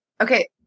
Okay